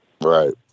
Right